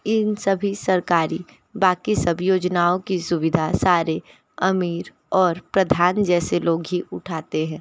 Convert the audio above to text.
इन सभी सरकारी बाकि सब योजनाओं की सुविधा सारे अमीर और प्रधान जैसे लोग ही उठाते हैं